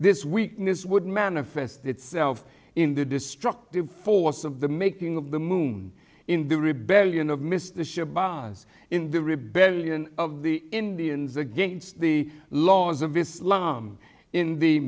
this weakness would manifest itself in the destructive force of the making of the moon in the rebellion of missed the ship baas in the rebellion of the indians against the laws of islam in the